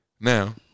Now